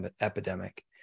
epidemic